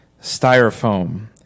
Styrofoam